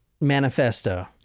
manifesto